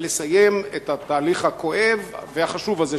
ולסיים את התהליך הכואב והחשוב הזה,